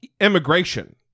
immigration